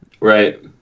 right